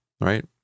right